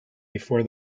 before